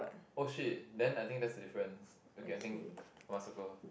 !oh shit! then I think that's a difference okay I think must circle